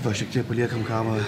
va šiek tiek paliekam kavą